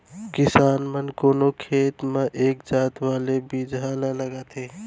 किसान मन कोनो खेत म एक जात वाले बिजहा ल लगाथें